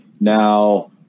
Now